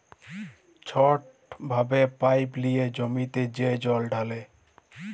ছট ভাবে পাইপ লিঁয়ে জমিতে যে জল ঢালে